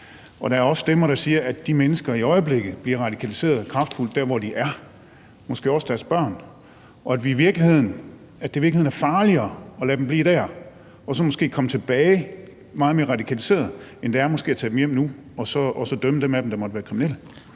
Og der er også stemmer, der siger, at de mennesker i øjeblikket bliver radikaliseret kraftigt der, hvor de er, og måske også deres børn, og at det i virkeligheden er farligere at lade dem blive der og så måske lade dem komme tilbage meget mere radikaliserede, end det er at tage dem hjem nu og så dømme dem af dem, der måtte være kriminelle.